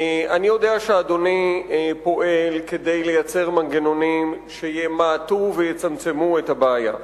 אני יודע שאדוני פועל כדי לייצר מנגנונים שימעטו ויצמצמו את הבעיה,